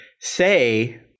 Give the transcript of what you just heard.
say